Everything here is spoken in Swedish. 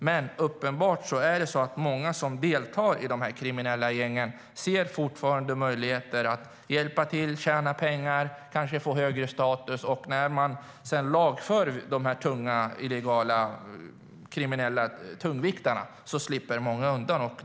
Men uppenbart ser många av dem som deltar i de kriminella gängen möjligheter att hjälpa till, tjäna pengar och kanske få högre status. Men när dessa kriminella tungviktare sedan lagförs slipper många undan.